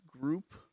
group